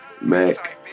Mac